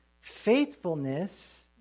faithfulness